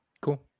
Cool